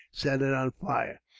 set it on fire.